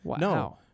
No